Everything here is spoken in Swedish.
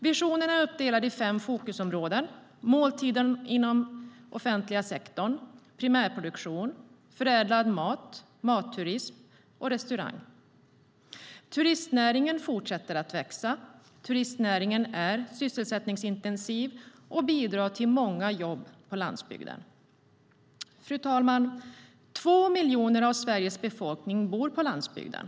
Visionen är uppdelad i fem fokusområden: måltiden inom offentlig sektor, primärproduktion, förädlad mat, matturism och restaurang. Turistnäringen fortsätter att växa. Turistnäringen är sysselsättningsintensiv och bidrar till många jobb på landsbygden. Fru talman! Två miljoner av Sveriges befolkning bor på landsbygden.